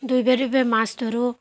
ডুইবে ডুইবে মাছ ধৰোঁ